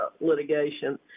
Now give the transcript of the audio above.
litigation